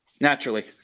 Naturally